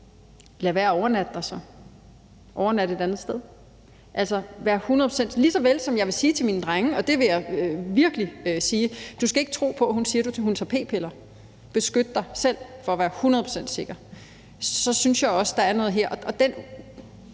Lad være med at overnatte der. Overnat et andet sted. Det gør jeg, lige så vel som jeg vil sige til mine drenge, og det vil jeg virkelig sige: Du skal ikke tro på, at hun siger, at hun tager p-piller. Beskyt dig selv for at være hundrede procent sikker. Så jeg synes også, der er noget her,